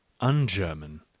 un-German